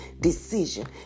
decision